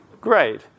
Great